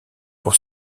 pour